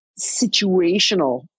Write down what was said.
situational